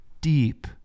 deep